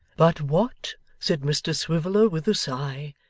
but what said mr swiveller with a sigh,